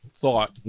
thought